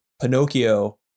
Pinocchio